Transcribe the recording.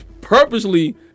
Purposely